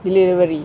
delivery